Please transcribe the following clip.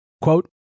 Quote